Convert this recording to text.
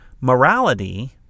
Morality